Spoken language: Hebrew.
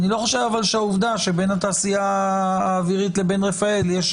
אני לא חושב שהעובדה שבין התעשייה האווירית לבין רפא"ל יש